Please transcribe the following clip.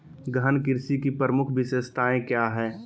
गहन कृषि की प्रमुख विशेषताएं क्या है?